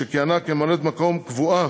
שכיהנה כממלאת-מקום קבועה,